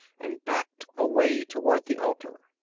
and backed away toward the altar.